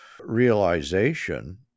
realization